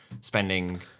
spending